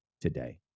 today